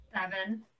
seven